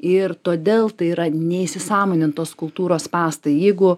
ir todėl tai yra neįsisąmonintos kultūros spąstai jeigu